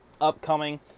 Upcoming